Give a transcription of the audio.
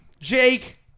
Jake